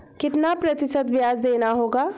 कितना प्रतिशत ब्याज देना होगा?